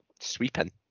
sweeping